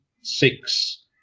six